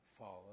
follow